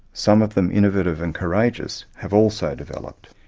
some of them innovative and courageous, have also developed.